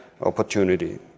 opportunity